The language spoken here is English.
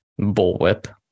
bullwhip